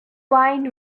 wine